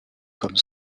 comme